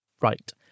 Right